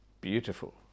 Beautiful